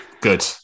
Good